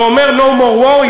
ואומר No more war,